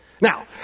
Now